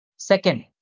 Second